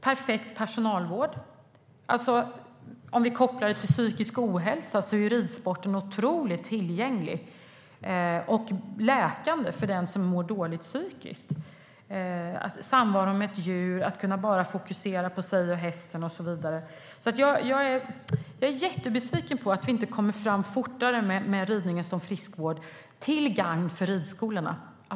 Det är perfekt personalvård. Ridsporten är otroligt tillgänglig och är läkande för den som mår dåligt psykiskt - samvaron med ett djur, att bara kunna fokusera på sig och hästen och så vidare. Jag är jättebesviken över att vi inte kommer fram fortare med ridningen som friskvård till gagn för ridskolorna.